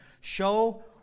show